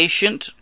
patient